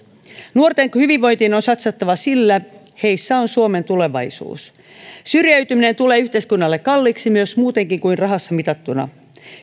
nuorten hyvinvointiin on satsattava sillä heissä on suomen tulevaisuus syrjäytyminen tulee yhteiskunnalle kalliiksi myös muutenkin kuin rahassa mitattuna